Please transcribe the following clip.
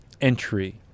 entry